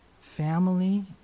family